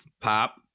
Pop